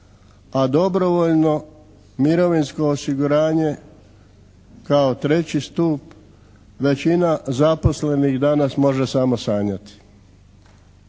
a dobrovoljno mirovinsko osiguranje kao treći stup većina zaposlenih danas može samo sanjati.